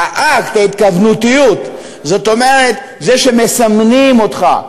האקט או ההתכוונות, זאת אומרת, זה שמסמנים אותך.